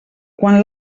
quan